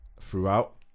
throughout